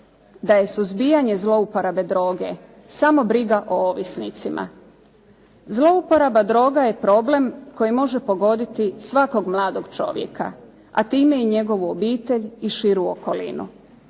da je suzbijanje zlouporabe droge samo briga o ovisnicima. Zlouporaba droga je problem koji može pogoditi svakog mladog čovjeka, a time i njegovu obitelji i širu okolinu.